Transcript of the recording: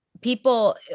people